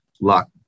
luck